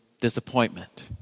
disappointment